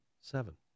Seven